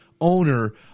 owner